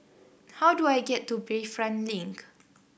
how do I get to Bayfront Link